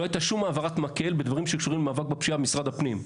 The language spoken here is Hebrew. ולא הייתה שום העברת מקל בדברים שקשורים לפשיעה במשרד הפנים.